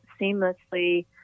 seamlessly